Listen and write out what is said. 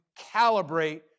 calibrate